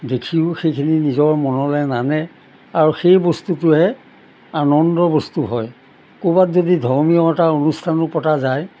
দেখিও সেইখিনি নিজৰ মনলৈ নানে আৰু সেই বস্তুটোৱে আনন্দৰ বস্তু হয় ক'ৰবাত যদি ধৰ্মীয় এটা অনুষ্ঠানো পতা যায়